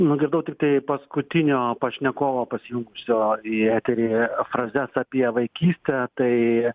nugirdau tiktai paskutinio pašnekovo pasijungusio į eterį frazes apie vaikystę tai